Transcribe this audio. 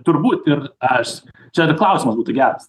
turbūt ir aš čia ir klausimas būtų geras